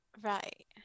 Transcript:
right